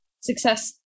success